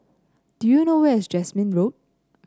do you know where is Jasmine Road